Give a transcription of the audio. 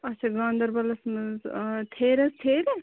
آچھا گانٛدربَلس منٛز اۭں